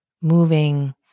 moving